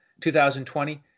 2020